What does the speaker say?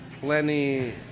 plenty